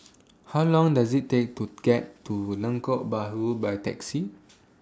How Long Does IT Take to get to Lengkok Bahru By Taxi